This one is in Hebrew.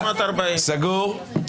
סגור.